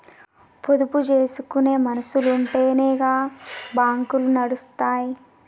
పొదుపు జేసుకునే మనుసులుంటెనే గా బాంకులు నడుస్తయ్